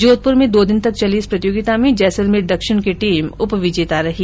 जोधपुर में दो दिन तक चली इस प्रतियोगिता में जैसलमेर दक्षिण की टीम उप विजेता रही